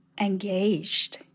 engaged